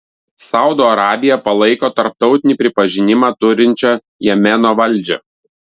saudo arabija palaiko tarptautinį pripažinimą turinčią jemeno valdžią